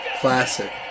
Classic